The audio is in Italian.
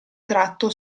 tratto